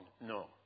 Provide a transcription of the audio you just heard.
No